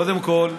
קודם כול,